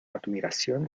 admiración